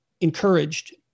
encouraged